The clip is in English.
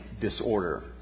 disorder